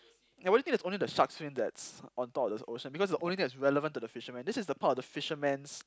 ya what do you think there's only the shark's fin that's on top of the ocean because the only thing that's relevant to the fisherman this is the part of the fisherman's